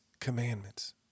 commandments